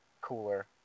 Cooler